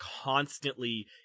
constantly